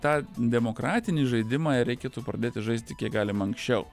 tą demokratinį žaidimą ir reikėtų pradėti žaisti kiek galima anksčiau